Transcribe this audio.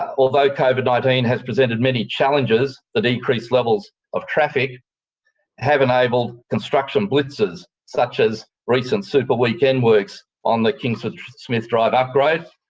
although covid nineteen has presented many challenges, the decreased levels of traffic have enabled construction blitzes such as recent super weekend works on the kingsford smith drive upgrade.